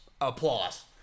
Applause